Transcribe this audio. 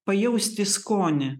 pajausti skonį